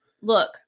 Look